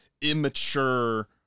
immature